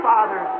Father